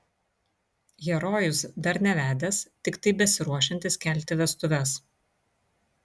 herojus dar nevedęs tiktai besiruošiantis kelti vestuves